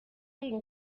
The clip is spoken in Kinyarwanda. ngo